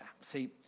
see